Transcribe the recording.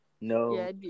No